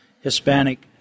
Hispanic